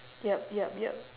yup yup yup